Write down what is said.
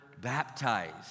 baptized